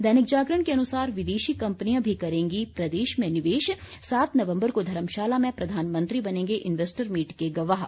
दैनिक जागरण के अनुसार विदेशी कंपनियां भी करेंगी प्रदेश में निवेश सात नवम्बर को धर्मशाला में प्रधानमंत्री बनेंगे इंवेस्टर मीट के गवाह